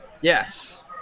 Yes